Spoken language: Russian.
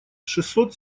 шестьсот